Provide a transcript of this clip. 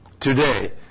today